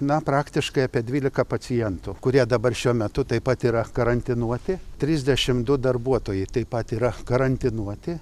na praktiškai apie dvylika pacientų kurie dabar šiuo metu taip pat yra karantinuoti trisdešimt du darbuotojai taip pat yra karantinuoti